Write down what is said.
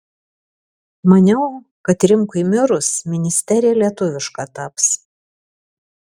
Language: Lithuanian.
maniau kad rimkui mirus ministerija lietuviška taps